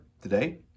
today